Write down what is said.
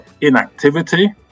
inactivity